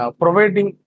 providing